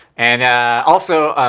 and also,